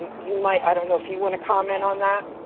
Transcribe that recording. you might, i don't know if you want to comment on that?